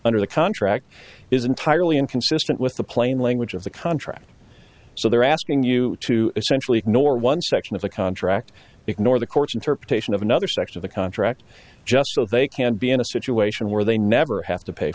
under the contract is entirely inconsistent with the plain language of the contract so they're asking you to essentially ignore one section of the contract ignore the court's interpretation of another section of the contract just so they can be in a situation where they never have to pay